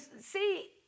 see